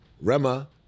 Rema